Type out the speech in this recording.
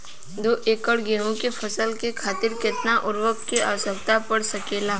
दो एकड़ गेहूँ के फसल के खातीर कितना उर्वरक क आवश्यकता पड़ सकेल?